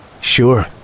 Sure